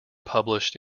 published